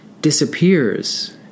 disappears